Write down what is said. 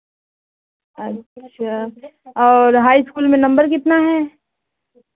अच्छा और high school में नम्बर कितना है